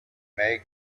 make